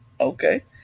okay